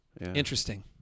Interesting